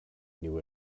knew